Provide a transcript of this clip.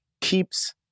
keeps